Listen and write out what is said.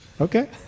Okay